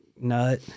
nut